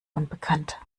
unbekannt